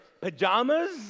pajamas